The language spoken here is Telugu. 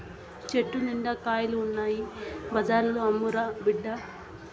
చెట్టు నిండా కాయలు ఉన్నాయి బజార్లో అమ్మురా బిడ్డా